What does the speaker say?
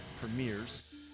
premieres